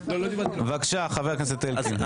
בבקשה, חבר הכנסת אלקין.